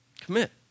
Commit